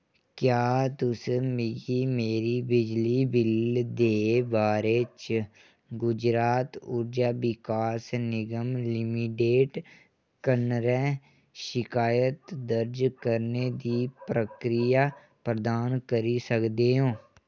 क्या तुस मिगी मेरी बिजली बिल दे बारे च गुजरात ऊर्जा विकास निगम लिमिडेट कन्नै शिकायत दर्ज करने दी प्रक्रिया प्रदान करी सकदे ओ